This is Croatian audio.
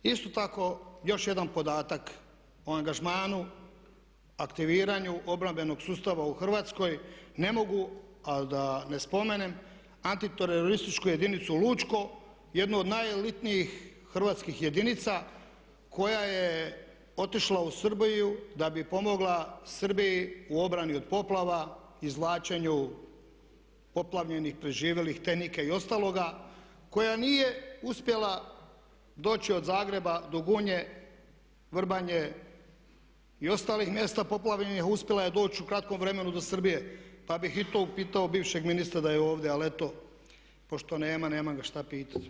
Isto tako još jedan podatak o angažmanu, aktiviranju obrambenog sustava u Hrvatskoj ne mogu a da ne spominjem antiterorističku jedinicu Lučko, jednu od najelitnijih hrvatskih jedinica koja je otišla u Srbiju da bi pomogla Srbiji u obrani od poplava, izvlačenju poplavljenih, preživjelih, tehnika i ostaloga koja nije uspjela doći od Zagreba do Gunje, Vrbanje i ostalih mjesta poplavljenih, uspjela je doći u kratkom vremenu do Srbije pa bih i to upitao bivšeg ministra da je ovdje ali eto, pošto nema, nemam ga šta pitati.